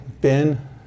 Ben